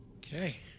Okay